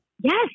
Yes